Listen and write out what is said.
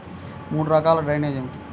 మూడు రకాల డ్రైనేజీలు ఏమిటి?